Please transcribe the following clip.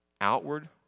Outward